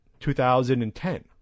2010